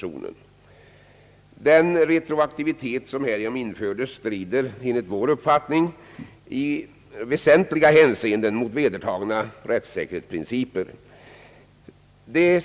Den retroaktivitet som härigenom infördes strider enligt vår mening i väsentliga hänseenden mot vedertagna rättssäkerhetsprinciper.